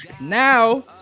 now